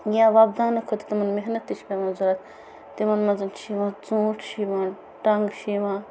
یا وۄپداونہٕ خٲطرٕ تِمن محنَت تہِ چھِ پٮ۪وان زیادٕ تِمن منٛزن چھِ یِوان ژوٗنٹھۍ چھِ یِوان ٹنٛگ چھِ یِوان